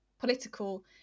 political